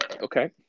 Okay